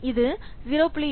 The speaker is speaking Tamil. இது 0